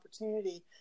opportunity